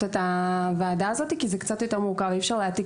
את הוועדה הזאת כי זה קצת יותר מורכב ואי אפשר להעתיק